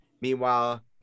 Meanwhile